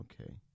Okay